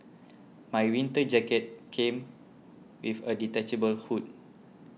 my winter jacket came with a detachable hood